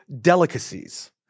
delicacies